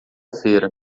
feira